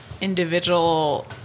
individual